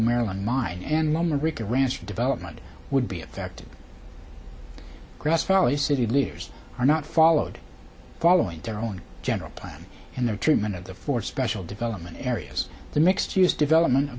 maryland mine and lumber reka ranch for development would be affected grass valley city leaders are not followed following their own general plan and their treatment of the four special development areas the mixed use development